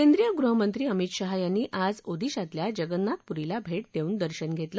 केंद्रीय गृहमंत्री अमित शहा यांनी आज ओदिशातल्या जगन्नाथपुरीला भेट देऊन दर्शन घेतलं